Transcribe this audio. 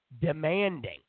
demanding